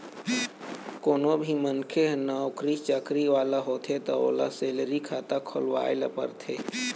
कोनो भी मनखे ह नउकरी चाकरी वाला होथे त ओला सेलरी खाता खोलवाए ल परथे